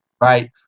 right